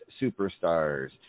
superstars